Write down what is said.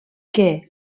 que